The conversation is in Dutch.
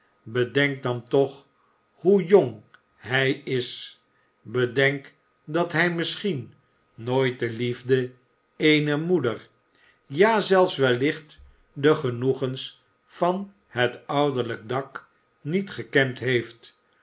bedenk dan toch hoe jong hij is bedenk dat hij misschien nooit de liefde eener moeder ja zelfs wellicht de genoegens van het ouderlijk dak niet gekend heeft